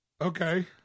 Okay